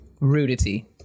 Rudity